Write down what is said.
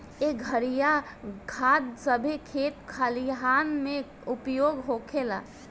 एह घरिया खाद सभे खेत खलिहान मे उपयोग होखेला